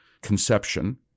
conception